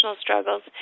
struggles